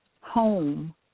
home